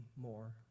more